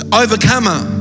overcomer